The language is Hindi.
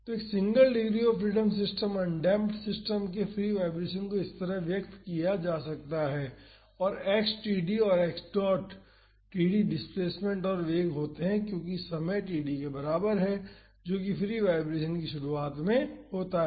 तो एक single degree of freedom system undamped system के फ्री वाईब्रेशन को इस तरह व्यक्त किया जाता है और x td और x डॉट td डिस्प्लेसमेंट और वेग होते हैं क्योंकि समय td के बराबर है जो कि फ्री वाईब्रेशन की शुरुआत में होता है